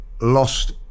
lost